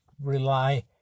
rely